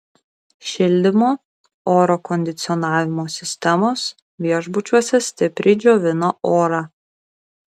šildymo oro kondicionavimo sistemos viešbučiuose stipriai džiovina orą